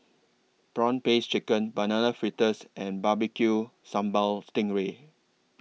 Prawn Paste Chicken Banana Fritters and Barbecue Sambal Sting Ray